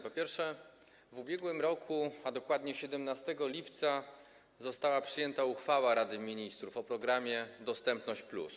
Po pierwsze, w ubiegłym roku, a dokładnie 17 lipca, została przyjęta uchwała Rady Ministrów o programie „Dostępność+”